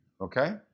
Okay